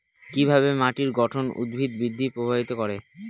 কিভাবে মাটির গঠন উদ্ভিদ বৃদ্ধি প্রভাবিত করে?